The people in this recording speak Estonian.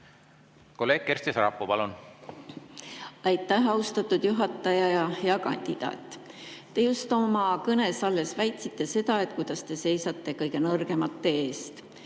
Kolleeg Kersti Sarapuu, palun! Aitäh, austatud juhataja! Hea kandidaat! Te just oma kõnes rääkisite, kuidas te seisate kõige nõrgemate eest.